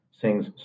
Sings